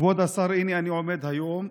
כבוד השר, הינה, אני עומד היום.